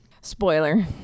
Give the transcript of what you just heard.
Spoiler